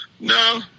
No